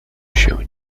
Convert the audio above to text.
się